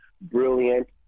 brilliant